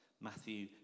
Matthew